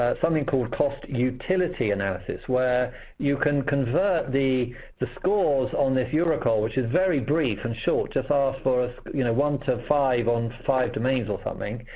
something called cost-utility analysis, where you can convert the the scores on this euroqol, which is very brief and short just asks um for ah you know one to five on five domains or something.